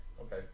Okay